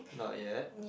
not yet